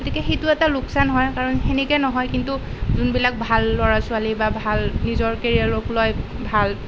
গতিকে সেইটো এটা লোকচান হয় কাৰণ সেনেকৈও নহয় কিন্তু যোনবিলাক ভাল ল'ৰা ছোৱালী বা ভাল নিজৰ কেৰিয়াৰক লৈ ভাল